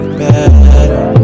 better